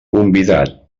convidat